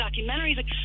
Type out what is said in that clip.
documentaries